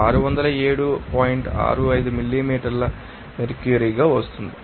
65 millimetre మెర్క్యూరీగా వస్తోంది